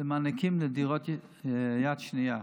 למענקים לדירות יד שנייה,